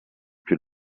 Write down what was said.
più